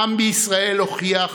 העם בישראל הוכיח